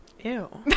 Ew